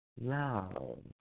love